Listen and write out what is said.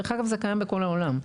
דרך אגב זה קיים בכל העולם.